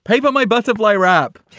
paper my butterfly wrap.